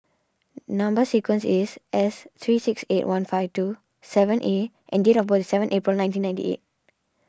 Number Sequence is S three six eight one five two seven A and date of birth is seven April nineteen ninety eight